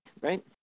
right